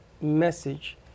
message